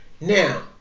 Now